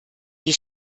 die